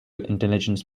intelligence